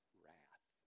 wrath